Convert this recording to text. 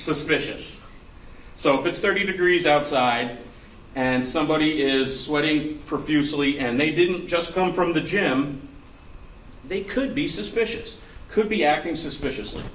suspicious so if it's thirty degrees outside and somebody is what eight profusely and they didn't just come from the gym they could be suspicious could be acting suspiciously